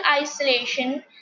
isolation